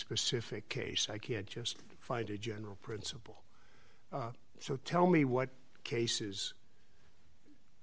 specific case i can't just find a general principle so tell me what cases